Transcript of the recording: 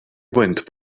went